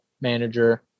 manager